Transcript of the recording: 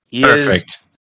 Perfect